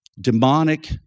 demonic